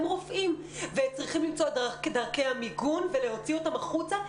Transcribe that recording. צריך למצוא את דרכי המיגון ולהוציא אותם החוצה.